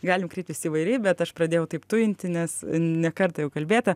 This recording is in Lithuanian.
galim kreiptis įvairiai bet aš pradėjau taip tujinti nes ne kartą jau kalbėta